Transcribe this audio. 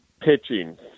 pitching